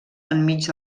enmig